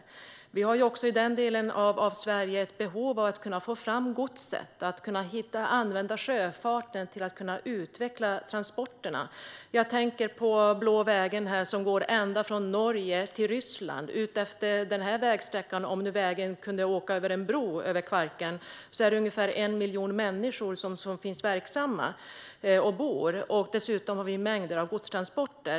Det finns också i den delen av Sverige ett behov av att få fram gods och använda sjöfarten till att utveckla transporterna. Jag tänker på Blå vägen, som går ända från Norge till Ryssland. Om vägen kunde fortsätta i en bro över Kvarken skulle ungefär en miljon människor som är verksamma och bor i området kunna använda den. Dessutom har vi mängder av godstransporter.